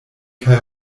kaj